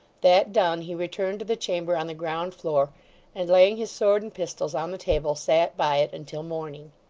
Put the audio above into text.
that done, he returned to the chamber on the ground-floor, and laying his sword and pistols on the table, sat by it until morning.